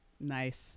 Nice